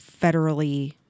federally